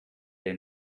they